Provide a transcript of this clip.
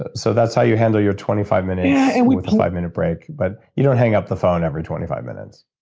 ah so that's how you handle your twenty five minutes yeah and with a five minute break. but you don't hang up the phone every twenty five minutes